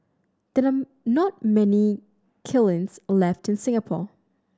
there are not many kilns left in Singapore